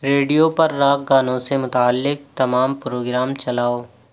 radio پر rock گانوں سے متعلق تمام پروگرام چلاؤ